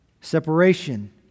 Separation